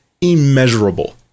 immeasurable